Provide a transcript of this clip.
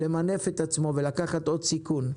למנף את עצמו ולקחת עוד סיכון.